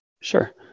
Sure